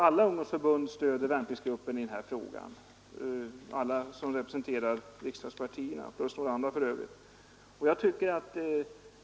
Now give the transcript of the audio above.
Alla ungdomsförbund stöder värnpliktsgruppen i denna fråga, de förbund som representerar riksdagspartierna plus några andra.